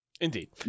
Indeed